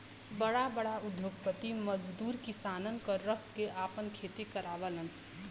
बड़ा बड़ा उद्योगपति मजदूर किसानन क रख के आपन खेती करावलन